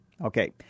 Okay